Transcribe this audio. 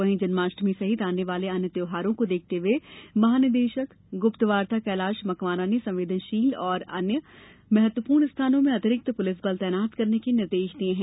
वहीं जन्माष्टमी सहित आने वाले अन्य त्यौहारों को देखते हुए महानिदेशक गुप्तवार्ता कैलाश मकवाना ने संवेदनशील और अन्य महत्वपूर्ण स्थानों में अतिरिक्त पुलिस बल तैनात करने के निर्देश दिये हैं